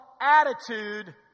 attitude